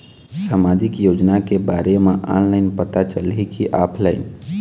सामाजिक योजना के बारे मा ऑनलाइन पता चलही की ऑफलाइन?